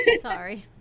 Sorry